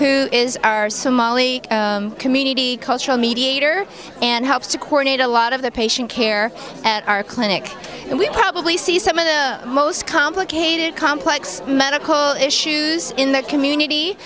who is our somali community cultural mediator and helps to coordinate a lot of the patient care at our clinic and we'll probably see some of the most complicated complex medical issues in the community